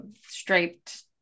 striped